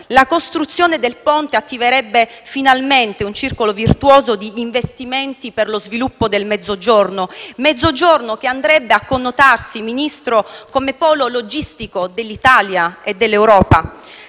La costruzione del ponte attiverebbe finalmente un circolo virtuoso di investimenti per lo sviluppo del Mezzogiorno, che andrebbe a connotarsi come polo logistico dell'Italia e dell'Europa.